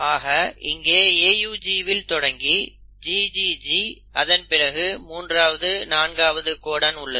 ஆக இங்கே AUGவில் தொடங்கி GGG அதன் பிறகு 3ஆவது 4ஆவது கோடன் உள்ளது